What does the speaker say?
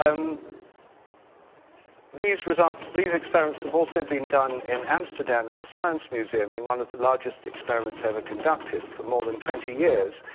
um these results these experiments have also been done in amsterdam in the science museum in one of the largest experiments ever conducted for more than twenty years.